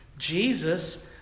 Jesus